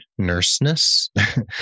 nurseness